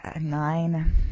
nine